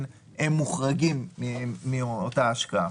גם הם מוחרגים מאותה השקעה.